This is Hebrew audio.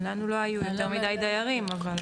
לנו לא היו יותר מידי דיירים, אבל